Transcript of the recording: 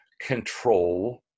control